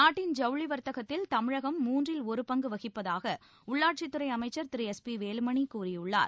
நாட்டின் ஜவுளி வர்த்தகத்தில் தமிழகம் மூன்றில் ஒரு பங்கு வகிப்பதாக உள்ளாட்சித்துறை அமைச்சர் திரு எஸ் பி வேலுமணி கூறியுள்ளார்